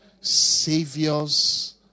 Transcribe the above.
Saviors